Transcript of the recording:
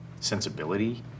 sensibility